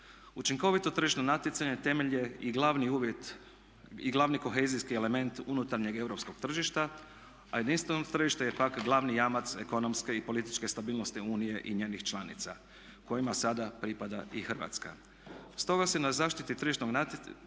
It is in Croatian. Učinkovito tržišno natjecanje temelj je i glavni uvjet i glavni kohezijski element unutarnjeg europskog tržišta, a jedinstveno tržište je pak glavni jamac ekonomske i političke stabilnosti Unije i njenih članica kojima sada pripada i Hrvatska. Stoga se na zaštiti tržišnog natjecanja